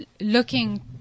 looking